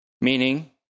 meaning